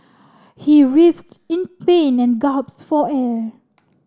he writhed in pain and gasped for air